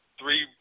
three